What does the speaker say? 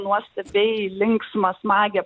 nuostabiai linksmą smagią